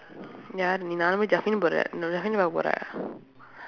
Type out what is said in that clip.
யாரு நான்:yaaru naan Jafin போறேன் நான்:pooreen naan jafin கூட போறேன்:kuuda pooreen